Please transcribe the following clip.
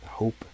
hope